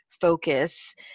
focus